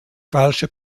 falsche